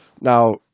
Now